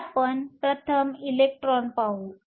तर आपण प्रथम इलेक्ट्रॉन पाहू